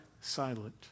silent